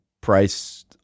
price